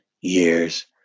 years